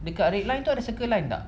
dekat red line tu ada circle line tak